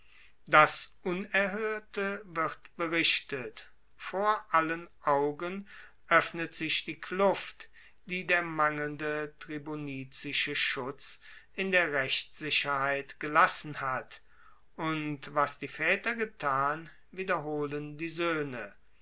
das unerhoerte wird berichtet vor allen augen oeffnet sich die kluft die der mangelnde tribunizische schutz in der rechtssicherheit gelassen hat und was die vaeter getan wiederholen die soehne